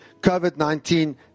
COVID-19